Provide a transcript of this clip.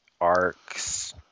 arcs